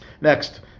Next